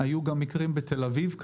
כידוע, היו מקרים גם בתל אביב.